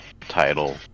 title